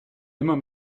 immer